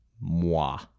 moi